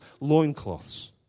loincloths